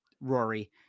Rory